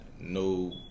no